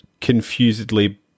confusedly